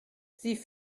sie